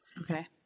Okay